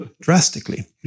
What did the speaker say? drastically